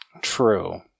True